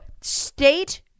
state